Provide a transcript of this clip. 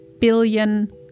billion